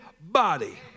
body